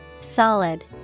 Solid